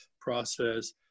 process